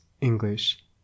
English